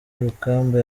rukamba